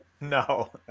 No